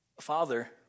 father